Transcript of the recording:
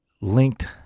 linked